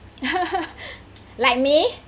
like me